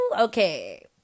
okay